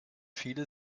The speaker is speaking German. viele